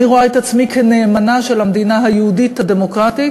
אני רואה את עצמי כנאמנה של המדינה היהודית הדמוקרטית,